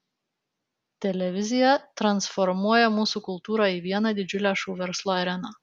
televizija transformuoja mūsų kultūrą į vieną didžiulę šou verslo areną